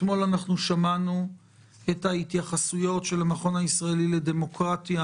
אתמול שמענו את ההתייחסויות של המכון הישראלי לדמוקרטיה,